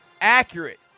accurate